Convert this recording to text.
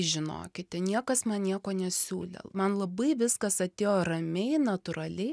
žinokite niekas man nieko nesiūlė man labai viskas atėjo ramiai natūraliai